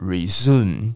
Resume